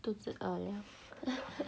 肚子饿 [liao]